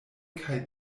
kaj